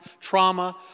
trauma